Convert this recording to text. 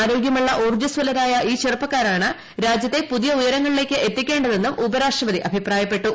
ആരോഗ്യമുള്ള ഊർജ്ജസ്വലരായ ഈ ചെറുപ്പക്കാരാണ് രാജ്യത്തെ പുതിയ ഉയരങ്ങളിലേക്ക് എത്തിക്കേണ്ടതെന്നും ഉപരാഷ്ട്രപതി അഭിപ്രായപ്പെട്ടു